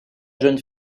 jeune